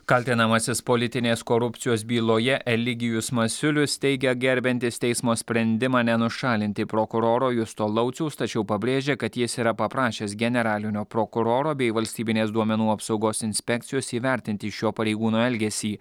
kaltinamasis politinės korupcijos byloje eligijus masiulis teigia gerbiantis teismo sprendimą nenušalinti prokuroro justo lauciaus tačiau pabrėžia kad jis yra paprašęs generalinio prokuroro bei valstybinės duomenų apsaugos inspekcijos įvertinti šio pareigūno elgesį